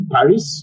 Paris